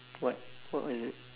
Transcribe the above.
what what was it